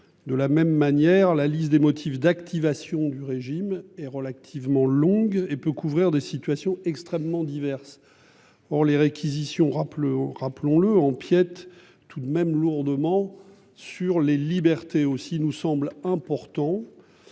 De la même manière, la liste des motifs d'activation du régime est relativement longue et peut couvrir des situations extrêmement diverses. Or les réquisitions, rappelant rappelons-le empiète tout de même lourdement sur les libertés aussi nous semble important.